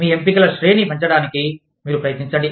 మీ ఎంపికల శ్రేణిని పెంచడానికి మీరు ప్రయత్నించండి